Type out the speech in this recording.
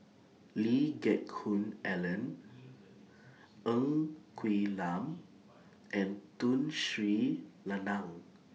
Lee Geck Hoon Ellen Ng Quee Lam and Tun Sri Lanang